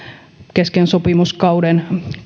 kesken sopimuskauden